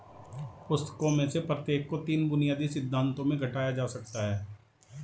पुस्तकों में से प्रत्येक को तीन बुनियादी सिद्धांतों में घटाया जा सकता है